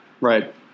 right